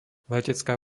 letecká